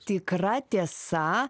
tikra tiesa